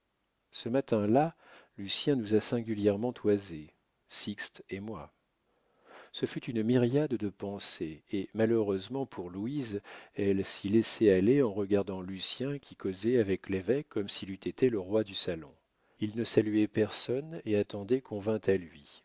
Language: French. ce matin-là lucien nous a singulièrement toisés sixte et moi ce fut une myriade de pensées et malheureusement pour louise elle s'y laissait aller en regardant lucien qui causait avec l'évêque comme s'il eût été le roi du salon il ne saluait personne et attendait qu'on vînt à lui